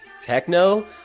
techno